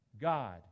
God